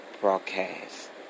broadcast